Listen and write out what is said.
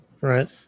right